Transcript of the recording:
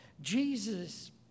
Jesus